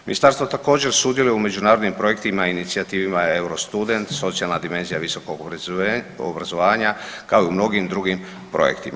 Ministarstvo također sudjeluje u međunarodnim projektima i inicijativama Euro-student, socijalna dimenzija Visokog obrazovanja kao i u mnogim drugim projektima.